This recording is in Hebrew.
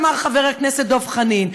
אמר חבר הכנסת דב חנין,